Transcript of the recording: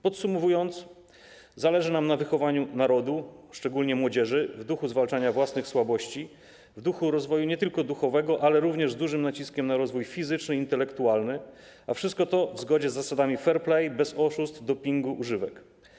Podsumowując, zależy nam na wychowaniu narodu, szczególnie młodzieży, w duchu zwalczania własnych słabości, w duchu rozwoju nie tylko duchowego, ale również z dużym naciskiem na rozwój fizyczny i intelektualny, a wszystko to w zgodzie z zasadami fair play, bez oszustw, dopingu, używek.